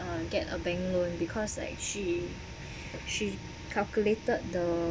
uh get a bank loan because like she she calculated the